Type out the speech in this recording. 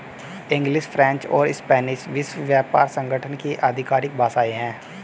English, French और Spanish विश्व व्यापार संगठन की आधिकारिक भाषाएं है